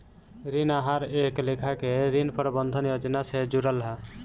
ऋण आहार एक लेखा के ऋण प्रबंधन योजना से जुड़ल हा